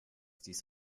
dies